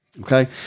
okay